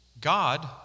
God